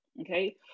okay